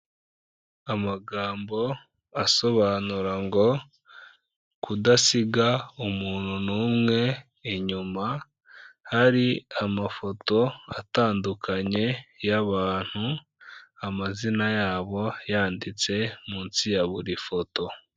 Amagambo asobanura ngo kudasiga umuntu n'umwe inyuma, hari amafoto atandukanye y'abantu, amazina yabo yanditse munsi ya buri foto.